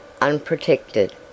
unprotected